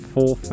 Full